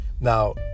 Now